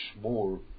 more